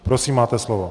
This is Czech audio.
Prosím, máte slovo.